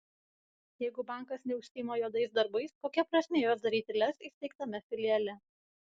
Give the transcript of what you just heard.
jeigu bankas neužsiima juodais darbais kokia prasmė juos daryti lez įsteigtame filiale